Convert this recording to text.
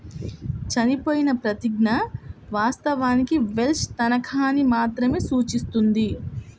చనిపోయిన ప్రతిజ్ఞ, వాస్తవానికి వెల్ష్ తనఖాని మాత్రమే సూచిస్తుంది